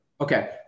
Okay